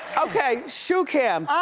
okay, shoe cam. ah